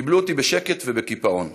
קיבלו אותי בשקט ובקיפאון.